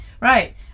Right